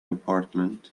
apartment